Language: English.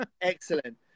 Excellent